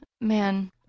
man